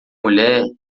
mulher